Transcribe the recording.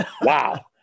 Wow